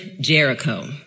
Jericho